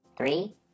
Three